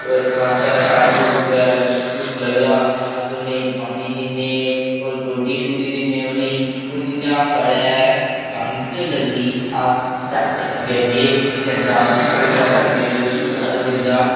होर टमाटर आलू बगैरा किश किश लगदा अस उ'नें ई पानी दिन्ने गोड्डी शोड्डी दिन्ने उ'नें ई ओह् जि'यां साढ़े कनक लगदी अस ट्रैक्टर अग्गें अग्गें जंदा उसी ट्रैक्टरै अग्गें अग्गें उसी दिंदा